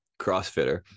crossfitter